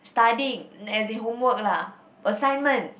studying as in homework lah assignment